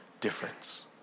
difference